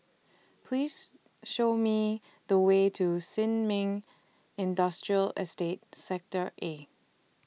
Please Show Me The Way to Sin Ming Industrial Estate Sector A